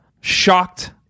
shocked